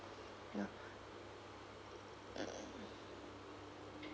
you know mm mm